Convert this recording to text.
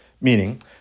Meaning